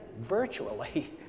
virtually